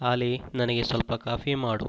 ಆಲಿ ನನಗೆ ಸ್ವಲ್ಪ ಕಾಫಿ ಮಾಡು